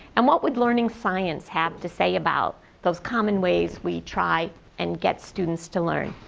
and what would learning science have to say about those common ways we try and get students to learn?